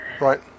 Right